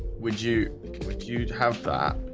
would you compute have that?